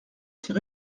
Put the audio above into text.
ses